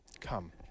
Come